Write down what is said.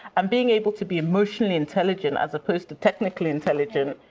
um being able to be emotionally intelligent, as opposed to technically intelligent,